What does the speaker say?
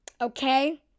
Okay